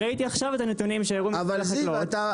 ראיתי עכשיו את הנתונים שהראה משרד החקלאות.